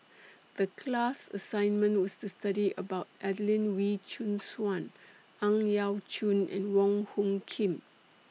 The class assignment was to study about Adelene Wee Chin Suan Ang Yau Choon and Wong Hung Khim